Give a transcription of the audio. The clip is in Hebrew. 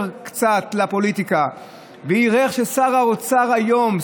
לפוליטיקה ויראה איך ששר האוצר היום,